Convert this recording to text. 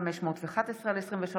511/23,